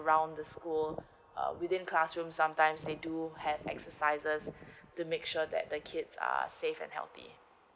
around the school so uh within classroom sometimes they do have exercises to make sure that the kids are safe and healthy